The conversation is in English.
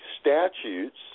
statutes